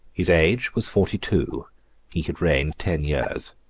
his age was forty-two he had reigned ten years.